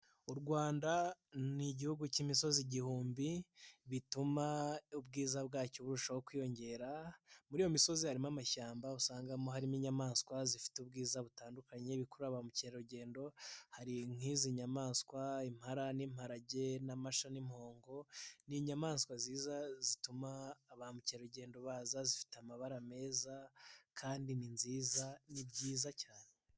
U Rwanda n' Igihugu cy'imisozi igihumbi, bituma ubwiza bwacyo burushaho kwiyongera, muri iyo misozi harimo amashyamba usangamo harimo inyamaswa zifite ubwiza butandukanye bikurura ba mukerarugendo, hari nk'izi nyamaswa impala n'imparage n'amasha n'imopongo, ni inyamaswa nziza zituma ba mukerarugendo baza, zifite amabara meza kandi ni nziza ni byiza cyane.